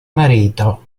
marito